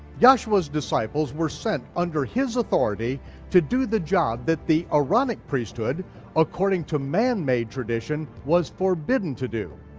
yahshua's disciples were sent under his authority to do the job that the aaronic priesthood according to manmade tradition was forbidden to do.